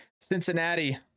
Cincinnati